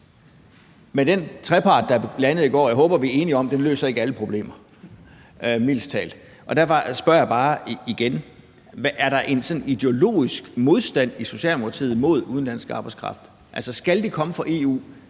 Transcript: at den trepartsaftale, der landede i går, ikke løser alle problemerne, mildest talt. Derfor spørger jeg bare igen: Er der en ideologisk modstand i Socialdemokratiet mod udenlandsk arbejdskraft? Skal de komme fra EU?